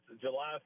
July